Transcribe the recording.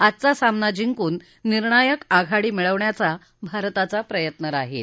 आजचा सामना जिंकून निर्णायक आघाडी मिळवण्याचा भारताचा प्रयत्न राहील